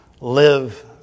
Live